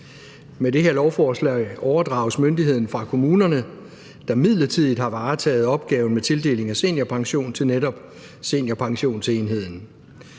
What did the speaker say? Med det her lovforslag overdrages myndigheden fra kommunerne, der midlertidigt har varetaget opgaven med tildeling af seniorpension, til netop Seniorpensionsenheden,